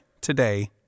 today